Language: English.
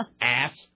Ass